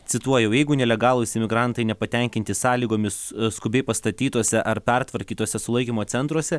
cituoju jeigu nelegalūs imigrantai nepatenkinti sąlygomis skubiai pastatytuose ar pertvarkytuose sulaikymo centruose